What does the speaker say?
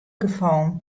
gefallen